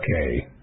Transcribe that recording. Okay